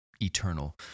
eternal